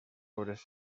obres